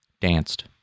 danced